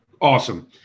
Awesome